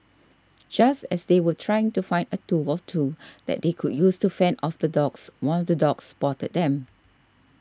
just as they were trying to find a tool or two that they could use to fend off the dogs one of the dogs spotted them